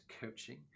coaching